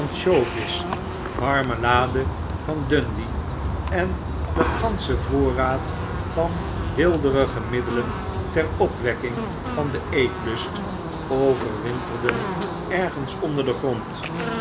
ansjovis marmelade van dundee en de ganscbe voorraad van weelderige middelen ter opwekking van den eetlust overwinterden ergens onder den grond